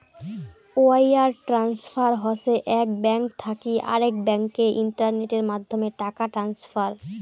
wire transfer হসে এক bank থাকি আরেক ব্যাংকে ইন্টারনেটের মাধ্যমে টাকা ট্রান্সফার